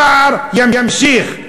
הפער יימשך,